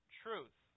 truth